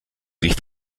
sich